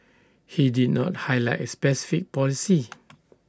he did not highlight A specific policy